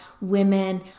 women